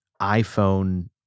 iPhone